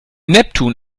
neptun